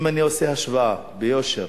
אם אני עושה השוואה ביושר